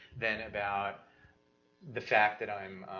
than about the fact that i'm